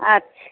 আচ্ছা